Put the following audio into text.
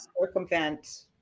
circumvent